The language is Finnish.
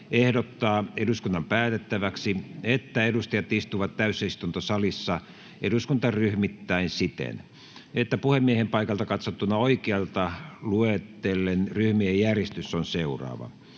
ehdottaa eduskunnan päätettäväksi, että edustajat istuvat täysistuntosalissa eduskuntaryhmittäin siten, että puhemiehen paikalta katsottuna oikealta luetellen ryhmien järjestys on seuraava: